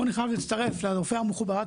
פה אני חייב להצטרף לרופא המכובד,